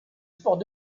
sports